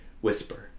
whisper